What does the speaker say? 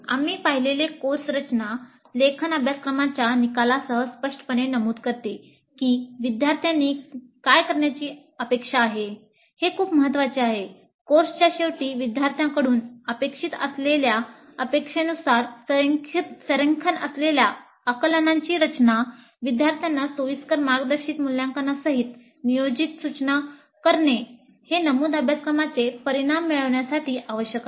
आम्ही पाहिलेले कोर्स रचना लेखन अभ्यासक्रमाच्या निकालांसह स्पष्टपणे नमूद करते की विद्यार्थ्यांनी काय करण्याची अपेक्षा आहे "कोर्सच्या शेवटी विद्यार्थ्यांकडून अपेक्षित असलेल्या अपेक्षेनुसार संरेखन असलेल्या आकलनांची रचनाविद्यार्थ्यांना सोयीस्कर मार्गदर्शित मूल्यांकनसहित नियोजन सूचना करणे हे नमूद अभ्यासक्रमाचे परिणाम मिळविण्यासाठी आवश्यक आहेत